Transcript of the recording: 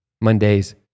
Mondays